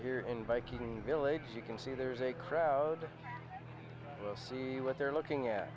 here in viking village as you can see there is a crowd will see what they're looking at